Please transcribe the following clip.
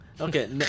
Okay